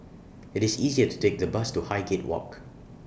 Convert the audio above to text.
IT IS easier to Take The Bus to Highgate Walk